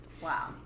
Wow